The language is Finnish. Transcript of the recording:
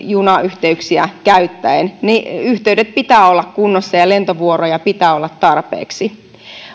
junayhteyksiä käyttäen yhteyksien pitää olla kunnossa ja lentovuoroja pitää olla tarpeeksi